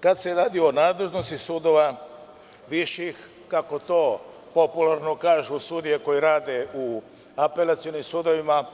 Kada se radi o nadležnosti sudova, viših, kako to popularno kažu sudije koje rade u apelacionim sudovima,